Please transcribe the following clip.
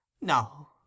No